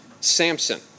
Samson